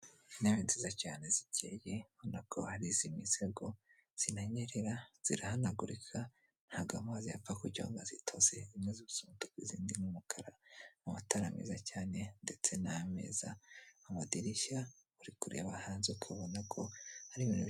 Intebe nziza cyane zikeye ubona ko hari iz'imisago zinanyerera, zirahanagurika ntago amazi yapfa kujyaho ngo azitoze, zimwe zisa umutuku izindi ni umukara, mu matara meza cyane ndetse n'ameza, amadirishya uri kureba hanze ukabona ko ari ibintu.